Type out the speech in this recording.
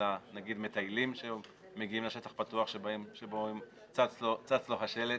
אלא נגיד מטיילים שמגיעים לשטח פתוח שבו צץ לו השלט.